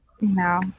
No